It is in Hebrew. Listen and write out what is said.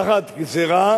תחת גזירה